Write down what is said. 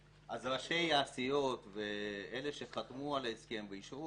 אז ראשי הסיעות ואלה שחתמו על ההסכם ואישרו